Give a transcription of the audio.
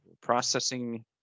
processing